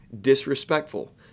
disrespectful